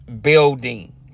building